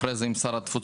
אחרי זה עם שר התפוצות.